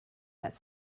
that